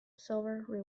silver